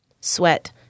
Sweat